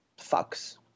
fucks